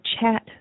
chat